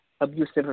abusive